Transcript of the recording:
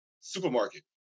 supermarket